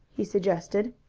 he suggested.